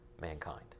mankind